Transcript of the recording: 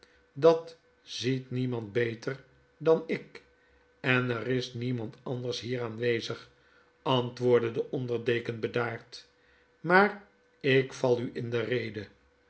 dat ziet niemand beter dan ik en er is niemand anders hier aanwezig antwoordde de onder deken bedaard maar ik val u in de rede